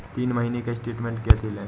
तीन महीने का स्टेटमेंट कैसे लें?